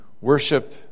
worship